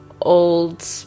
old